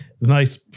nice